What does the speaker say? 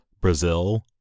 Brazil